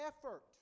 effort